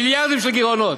מיליארדים של גירעונות,